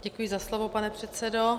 Děkuji za slovo, pane předsedo.